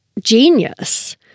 genius